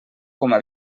coma